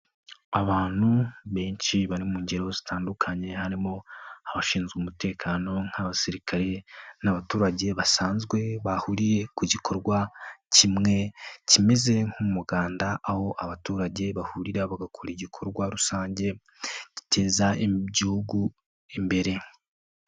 Abantu benshi bari mu ngero zitandukanye, harimo abashinzwe umutekano nk'abasirikare n'abaturage, basanzwe bahuriye ku gikorwa kimwe kimeze nk'umuganda, aho abaturage bahurira bagakora igikorwa rusange giteza igihugu imbere.